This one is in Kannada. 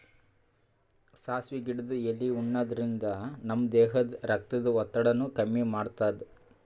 ಸಾಸ್ವಿ ಗಿಡದ್ ಎಲಿ ಉಣಾದ್ರಿನ್ದ ನಮ್ ದೇಹದ್ದ್ ರಕ್ತದ್ ಒತ್ತಡಾನು ಕಮ್ಮಿ ಮಾಡ್ತದ್